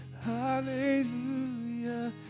Hallelujah